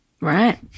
Right